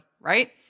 right